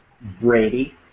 Brady